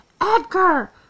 Edgar